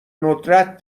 ندرت